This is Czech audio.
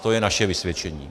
To je naše vysvědčení.